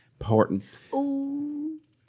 Important